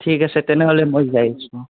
ঠিক আছে তেনেহ'লে মই যাই আছোঁ